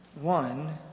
One